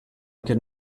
could